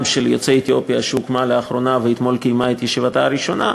של יוצאי אתיופיה שהוקמה לאחרונה ואתמול קיימה את ישיבתה הראשונה.